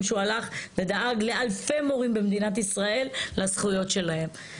שהוא הלך ודאג לאלפי מורים במדינת ישראל לזכויות שלהם.